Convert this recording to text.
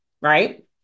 right